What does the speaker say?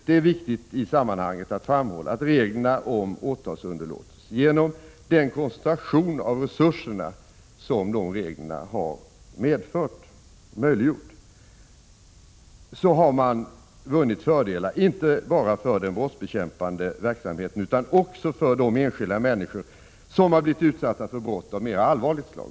Det är i sammanhanget viktigt att framhålla att reglerna om åtalsunderlåtelse, genom den koncentration av resurserna som dessa regler möjliggjort, medfört att man har vunnit många fördelar, inte bara för den brottsbekämpande verksamheten utan också för de enskilda människor som blivit utsatta för brott av olika slag.